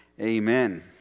Amen